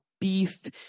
beef